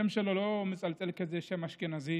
השם שלו לא מצלצל כשם אשכנזי